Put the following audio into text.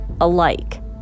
alike